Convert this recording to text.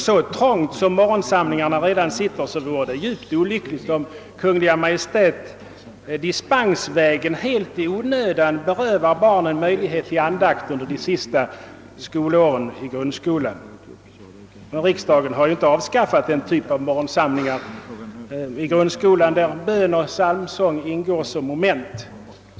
Så trångt som monrgonsamlingarna redan sitter vore det djupt olyckligt om Kungl. Maj:t dispensvägen helt i onödan berövade barnen möjlighet till andakt under de sista åren i grundskolan. Riksdagen har ju inte avskaffat den typ av morgonsamlingar i grundskolan där bön och psalmsång ingår som moment.